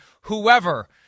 whoever